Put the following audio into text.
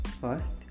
first